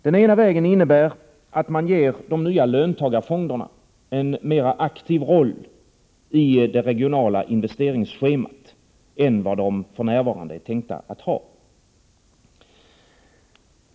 Den ena vägen innebär att man ger de nya löntagarfonderna en mera aktiv rolli det regionala investeringsschemat än vad de för närvarande är tänkta att ha.